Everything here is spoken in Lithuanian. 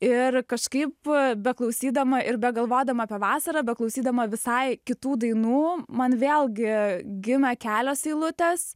ir kažkaip beklausydama ir begalvodama apie vasarą beklausydama visai kitų dainų man vėlgi gimė kelios eilutės